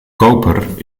koper